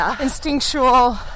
instinctual